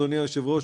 אדוני היושב-ראש,